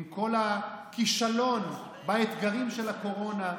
עם כל הכישלון באתגרים של הקורונה.